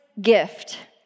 gift